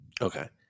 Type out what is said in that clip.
Okay